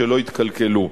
שלא יתקלקלו.